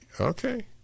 okay